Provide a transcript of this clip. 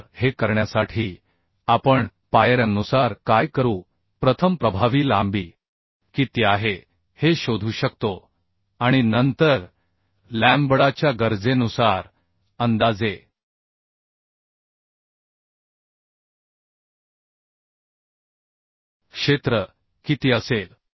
तर हे करण्यासाठी आपण पायऱ्यांनुसार काय करू प्रथम प्रभावी लांबी किती आहे हे शोधू शकतो आणि नंतर लॅम्बडाच्या गरजेनुसार अंदाजे क्षेत्र किती असेल